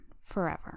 forever